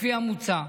לפי המוצע,